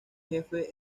jefe